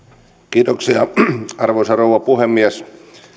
kiitoksia arvoisa rouva puhemies